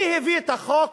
מי הביא את החוק